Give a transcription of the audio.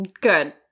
Good